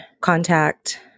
contact